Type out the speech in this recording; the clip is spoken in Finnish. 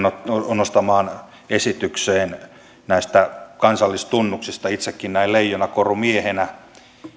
nostamaan esitykseen näistä kansallistunnuksista itsekin näin leijonakorumiehenä